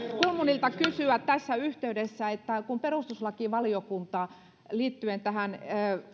kulmunilta kysyä tässä yhteydessä kun perustuslakivaliokunta liittyen tähän